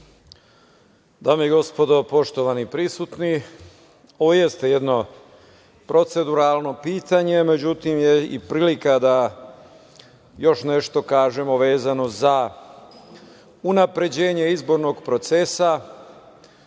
Dame i gospodo, poštovani prisutni, ovo jeste jedno proceduralno pitanje, ali je i prilika da još nešto kažemo vezano za unapređenje izbornog procesa